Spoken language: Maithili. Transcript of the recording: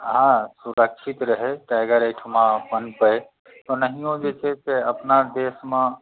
हँ सुरक्षित रहै टाइगर एहिठमा पनपै ओनाहियो जे छै से अपना देशमे